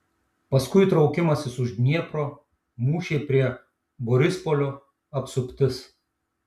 paskui traukimasis už dniepro mūšiai prie borispolio apsuptis